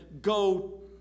go